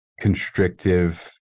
constrictive